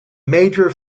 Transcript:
major